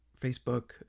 Facebook